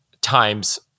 times